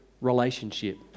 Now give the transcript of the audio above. relationship